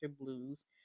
blues